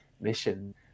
mission